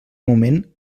moment